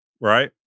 Right